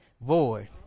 void